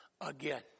Again